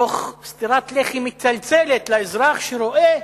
תוך סטירת לחי מצלצלת לאזרח, שרואה